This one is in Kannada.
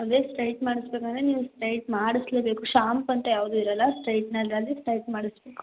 ಅದೇ ಸ್ಟ್ರೈಟ್ ಮಾಡ್ಸಬೇಕು ಅಂದರೆ ನೀವು ಸ್ಟ್ರೈಟ್ ಮಾಡಿಸ್ಲೇಬೇಕು ಶಾಂಪ್ ಅಂತ ಯಾವುದೂ ಇರೋಲ್ಲ ಸ್ಟ್ರೇಟ್ನರ್ರಲ್ಲೇ ಸ್ಟ್ರೈಟ್ ಮಾಡಿಸ್ಬೇಕು